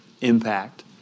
impact